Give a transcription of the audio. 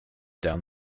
down